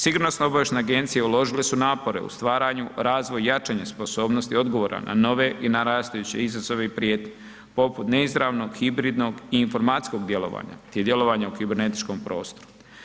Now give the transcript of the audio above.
Sigurnosno obavještajne agencije uložile su napore u stvaranju, razvoj i jačanje sposobnosti odgovora na nove i na … [[Govornik se ne razumije]] izazove i prijetnje poput neizravnog, hibridnog i informacijskog djelovanja, te djelovanja u kibernetičkom prostoru.